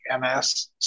MS